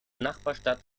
nachbarstadt